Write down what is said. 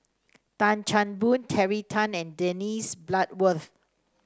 Tan Chan Boon Terry Tan and Dennis Bloodworth